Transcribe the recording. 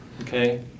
Okay